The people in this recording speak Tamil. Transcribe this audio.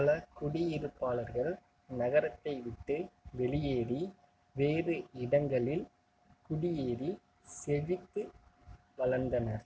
பல குடியிருப்பாளர்கள் நகரத்தை விட்டு வெளியேறி வேறு இடங்களில் குடியேறி செழித்து வளர்ந்தனர்